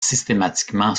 systématiquement